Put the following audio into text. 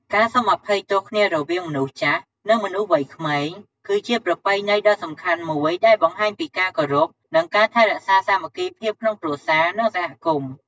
ការសុំអភ័យទោសគ្នារវាងមនុស្សចាស់ និងមនុស្សវ័យក្មេង គឺជាប្រពៃណីដ៏សំខាន់មួយដែលបង្ហាញពីការគោរព និងការថែរក្សាសាមគ្គីភាពក្នុងគ្រួសារ និងសហគមន៍។